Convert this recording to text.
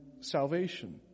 salvation